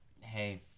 hey